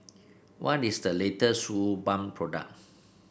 when is the latest Suu Balm product